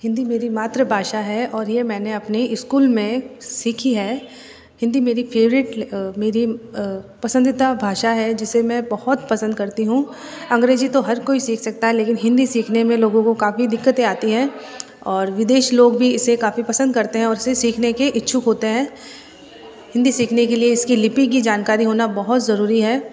हिंदी मेरी मातृभाषा है और ये मैंने अपने स्कूल में सीखी है हिंदी मेरी फ़ैवरेट मेरी पसंदीदा भाषा है जिसे मैं बहुत पसंद करती हूँ अंग्रेजी तो हर कोई सीख सकता है लेकिन हिंदी सीखने में लोगों को काफ़ी दिक्कतें आती हैं और विदेश लोग भी इसे काफ़ी पसंद करते हैं और इसे सीखने के इच्छुक होते हैं हिंदी सीखने के लिए इसकी लिपि की जानकारी होना बहुत ज़रुरी है